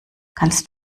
kannst